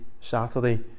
Saturday